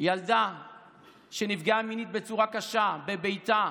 ילדה שנפגעה מינית בצורה קשה, בביתה,